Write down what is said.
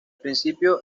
principio